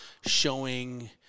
showing